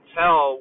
tell